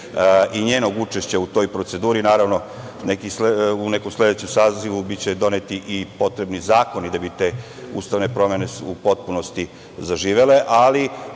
i njenog učešća u toj proceduri. Naravno, u nekom sledećem sazivu biće doneti i potrebni zakoni da bi te ustavne promene u potpunosti zaživele. Ono